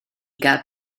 gael